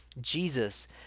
Jesus